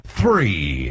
three